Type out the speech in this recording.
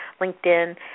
LinkedIn